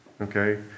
okay